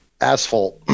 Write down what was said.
asphalt